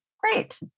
Great